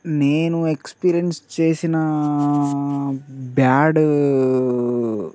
నేను ఎక్స్పీరియన్స్ చేసినా బ్యాడూ